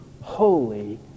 Holy